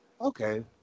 Okay